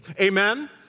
Amen